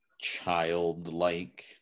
childlike